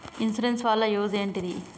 Insurance వాళ్ల use ఏంటిది?